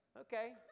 Okay